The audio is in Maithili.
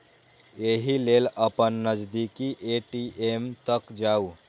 एहि लेल अपन नजदीकी ए.टी.एम तक जाउ